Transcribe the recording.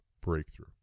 breakthrough